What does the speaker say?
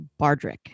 Bardrick